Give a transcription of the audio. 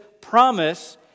promise